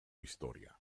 historia